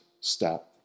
step